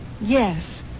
Yes